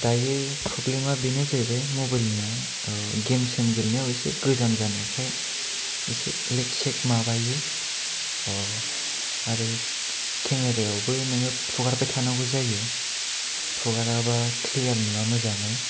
दायो प्रब्लोमा बेनो जाहैबाय मबाइलनि गेम सेम गेलेनायाव एसे गोजाम जानायखाय एसे लेग सेक माबायो आरो केमेरायावबो नोङो फुगारबाय थानांगौ जायो फुगाराब्ला क्लियार नुवा मोजाङै